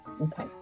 Okay